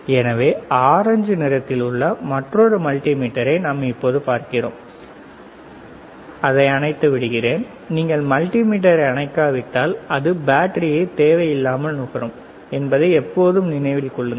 எனவே ஆரஞ்சு நிறத்தில் உள்ள மற்றொரு மல்டிமீட்டரை நாம் இப்போது பார்க்கிறோம் அதை அணைத்து விடுகிறேன் நீங்கள் மல்டிமீட்டரை அணைக்காவிட்டால் அது பேட்டரியை தேவையில்லாமல் நுகரும் என்பதை எப்போதும் நினைவில் கொள்ளுங்கள்